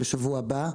בשבוע הבא.